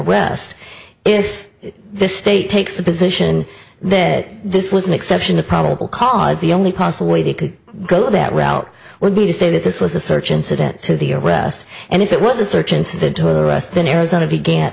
west if this state takes the position that this was an exception to probable cause the only possible way they could go that route would be to say that this was a search incident to the arrest and if it was a search incident to the us then arizona